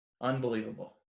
Unbelievable